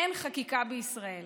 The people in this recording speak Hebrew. אין חקיקה בישראל.